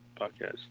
podcast